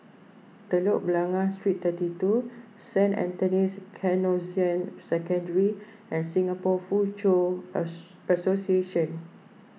Telok Blangah Street thirty two Saint Anthony's Canossian Secondary and Singapore Foochow Association